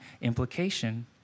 implication